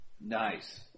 Nice